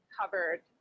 covered